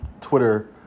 Twitter